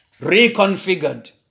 reconfigured